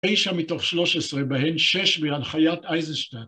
9 מתוך 13, בהן 6 בהנחיית אייזנשטיין.